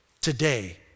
today